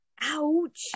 Ouch